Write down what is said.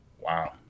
Wow